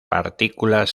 partículas